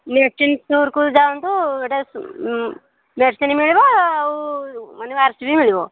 medicine ଷ୍ଟୋରକୁ ଯାଆନ୍ତୁ ଏଇଟା ମେଡ଼ିସିନ୍ ମିଳିବ ଆଉ ମାନେ ବି ମିଳିବ